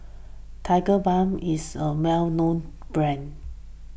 Tigerbalm is a well known brand